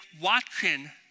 watching